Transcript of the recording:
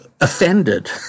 offended